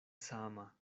sama